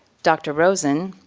dr. rosen,